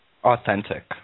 Authentic